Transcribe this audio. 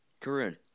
Karun